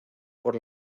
por